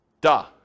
Duh